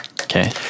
Okay